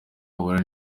ahura